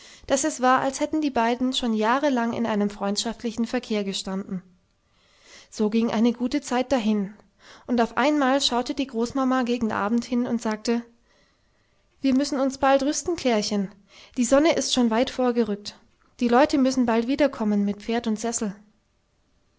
daß es war als hätten die beiden schon jahrelang in einem freundschaftlichen verkehr gestanden so ging eine gute zeit dahin und auf einmal schaute die großmama gegen abend hin und sagte wir müssen uns bald rüsten klärchen die sonne ist schon weit vorgerückt die leute müssen bald wiederkommen mit pferd und sessel